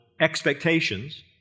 expectations